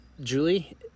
Julie